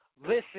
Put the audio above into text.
Listen